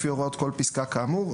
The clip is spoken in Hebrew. לפי הוראות כל פסקה כאמור.